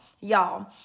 y'all